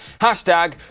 Hashtag